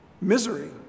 misery